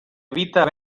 evita